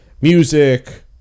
music